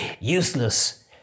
useless